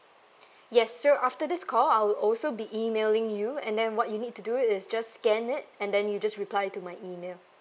yes so after this call I'll also be emailing you and then what you need to do is just scan it and then you just reply it to my email